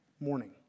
morning